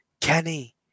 Kenny